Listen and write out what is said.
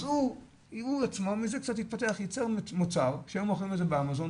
אז מזה התפתח מוצר שהיום מוכרים אותו באמזון,